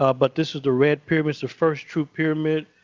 ah but this is the red pyramid. it's the first true pyramid.